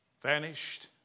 vanished